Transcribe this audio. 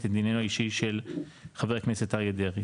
את עניינו האישי של חבר הכנסת אריה דרעי.